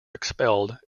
expelled